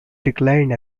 declined